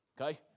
Okay